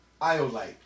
Iolite